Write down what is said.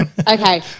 Okay